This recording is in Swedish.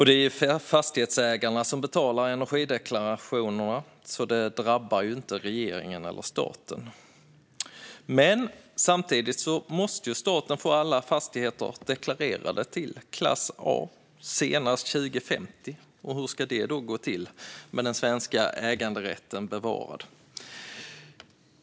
Det är fastighetsägarna som betalar energideklarationerna, så det drabbar inte regeringen eller staten. Men samtidigt måste staten få alla fastigheter deklarerade till klass A senast 2050. Hur ska detta gå till, med den svenska äganderätten bevarad?